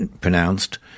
pronounced